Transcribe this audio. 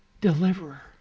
Deliverer